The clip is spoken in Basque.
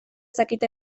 dakite